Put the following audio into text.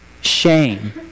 shame